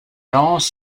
lents